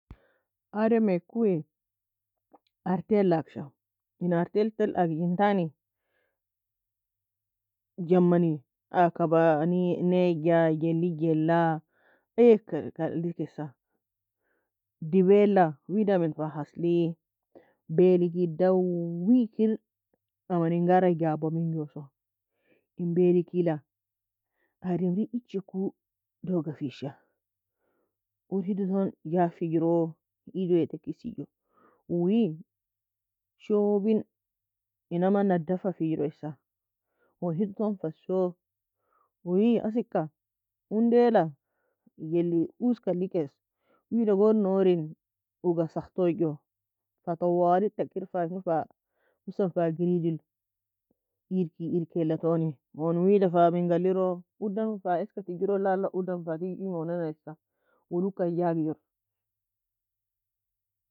Ademaekui, arteala'agisha in artil tern aegjintani, Jmani aa kaba, aa ni neja jellig jella, ayeka alikesa, dibdeala wida min fa hasli? Baelike dauwi kir amanin gara jaba minjoso, in belkiela, ademri echeku dogafisha, ure hidotone jafijro? Edi wea teka isigjo, uui shobin in amana dafafijro esa, own hido ton fasho? Uui aseka undaela jeli uska alikeso, wida gon noren uga sakhtojo, fa twali takir fa sho fa husan fa geridil Irki irkielatoni, own wida fa minga alliro? Udan fa eska teagiro? La la udan fa tigjimonana issa, uu loka jagjiro.